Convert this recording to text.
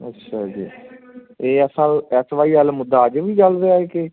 ਅੱਛਾ ਜੀ ਇਹ F L S Y L ਮੁੱਦਾ ਅੱਜ ਵੀ ਚੱਲ ਰਿਹਾ ਹੈ ਕਿ